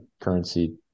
currency